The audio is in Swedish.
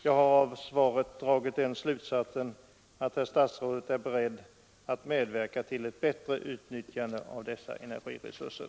Jag har av svaret dragit den slutsatsen att herr statsrådet är beredd att medverka till ett bättre utnyttjande av dessa energiresurser.